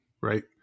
right